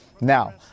Now